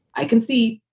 i can see.